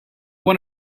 want